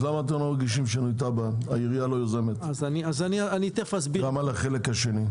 אז למה העירייה לא יוזמת הגשת שינוי תב"ע גם על החלק השני?